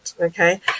okay